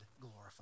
glorified